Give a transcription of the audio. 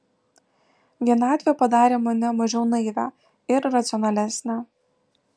vienatvė padarė mane mažiau naivią ir racionalesnę